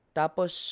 tapos